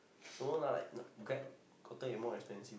some more now like Grab gotten it more expensive